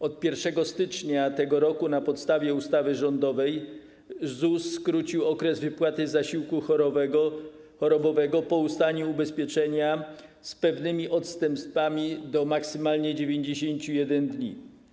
Od 1 stycznia tego roku na podstawie ustawy rządowej ZUS skrócił okres wypłaty zasiłku chorobowego po ustaniu ubezpieczenia, z pewnymi odstępstwami, do maksymalnie 91 dni.